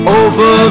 over